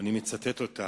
ואני מצטט אותה: